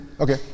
Okay